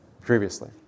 previously